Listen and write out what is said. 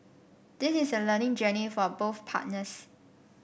this is a learning journey for a both partners